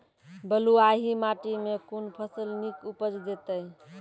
बलूआही माटि मे कून फसल नीक उपज देतै?